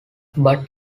but